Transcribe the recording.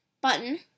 button